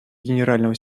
генерального